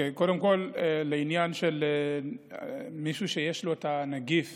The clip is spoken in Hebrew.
קודם כול, לעניין מישהו שיש לו את הנגיף